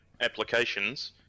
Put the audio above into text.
applications